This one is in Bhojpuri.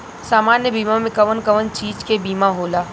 सामान्य बीमा में कवन कवन चीज के बीमा होला?